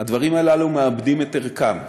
הדברים הללו מאבדים את ערכם.